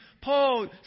Paul